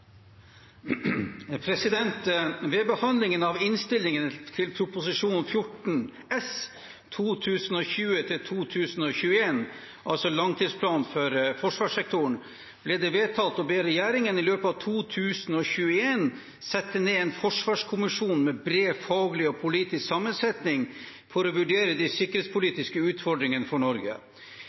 behandlingen av innstillingen til Prop. 14 S ble det vedtatt å be regjeringen i løpet av 2021 sette ned en forsvarskommisjon med bred faglig og politisk sammensetning for å vurdere de sikkerhetspolitiske utfordringene for Norge.